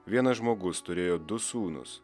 vienas žmogus turėjo du sūnus